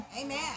Amen